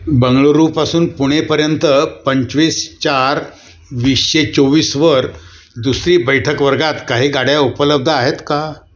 बंगळुरूपासून पुणेपर्यंत पंचवीस चार वीसशे चोवीसवर दुसरी बैठक वर्गात काही गाड्या उपलब्ध आहेत का